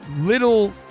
little